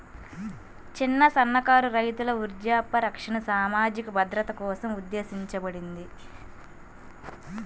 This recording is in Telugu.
చిన్న, సన్నకారు రైతుల వృద్ధాప్య రక్షణ సామాజిక భద్రత కోసం ఉద్దేశించబడింది